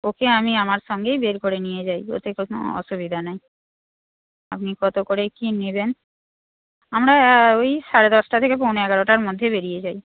ওকে আমি আমার সঙ্গেই বের করে নিয়ে যাই ওতে কোনো অসুবিধা নেই আপনি কত করে কী নেবেন আমরা ওই সাড়ে দশটা থেকে পৌনে এগারোটার মধ্যে বেরিয়ে যাই